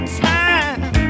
time